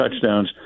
touchdowns